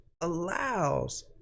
allows